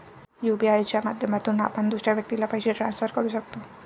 UPI च्या माध्यमातून आपण दुसऱ्या व्यक्तीला पैसे ट्रान्सफर करू शकतो